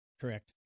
Correct